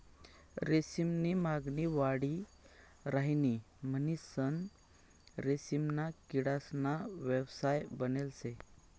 रेशीम नी मागणी वाढी राहिनी म्हणीसन रेशीमना किडासना व्यवसाय बनेल शे